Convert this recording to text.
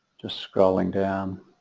just scrolling down